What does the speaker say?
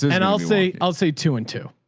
and and i'll say, i'll say two and two.